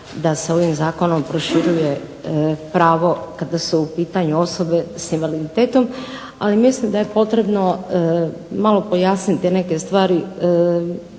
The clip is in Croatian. da se ovim Zakonom proširuje pravo kada su u pitanju osobe sa invaliditetom. Ali mislim da je potrebno malo pojasniti te neke stvari